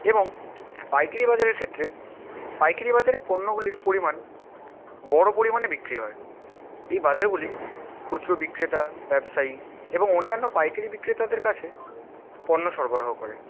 এবং পাইকারি বাজারের ক্ষেত্রে পাইকারি বাজারের পণ্যগুলির পরিমাণ বড় পরিমাণে বিক্রি হয় এই বাজারগুলি খুচরো বিক্রেতা ব্যবসায়ী এবং অন্যান্য পাইকারি বিক্রেতাদের কাছে পণ্য সরবরাহ করে